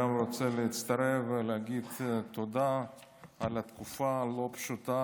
גם אני רוצה להצטרף ולהגיד תודה על התקופה הלא-פשוטה